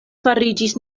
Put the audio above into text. fariĝis